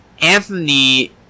Anthony